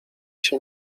się